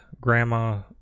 grandma